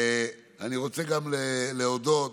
אני רוצה גם להודות